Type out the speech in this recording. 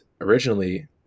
originally